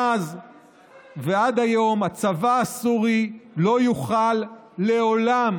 מאז ועד היום הצבא הסורי לא יוכל לעולם